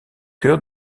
cœur